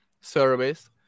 service